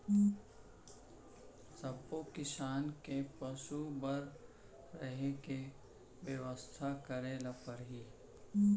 सब्बो किसम के पसु बर रहें के बेवस्था करे ल परथे